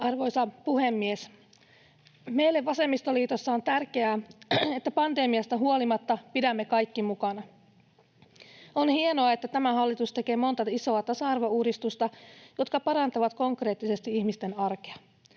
Arvoisa puhemies! Meille vasemmistoliitossa on tärkeää, että pandemiasta huolimatta pidämme kaikki mukana. On hienoa, että tämä hallitus tekee monta isoa tasa-arvouudistusta, jotka parantavat konkreettisesti ihmisten arkea.